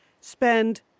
spend